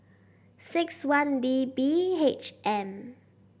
six one D B H M